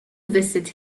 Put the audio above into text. visit